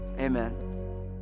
Amen